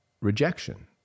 rejection